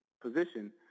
position